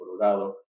Colorado